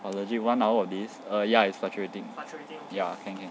!wah! legit one hour of this err ya it's fluctuating ya can can